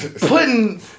putting